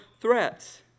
threats